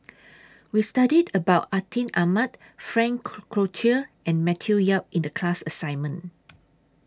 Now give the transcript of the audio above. We studied about Atin Amat Frank Cloutier and Matthew Yap in The class assignment